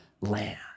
land